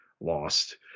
lost